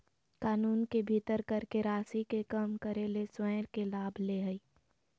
कानून के भीतर कर के राशि के कम करे ले स्वयं के लाभ ले हइ